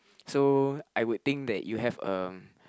so I would think that you have a